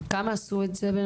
כמה יש שעשו את זה?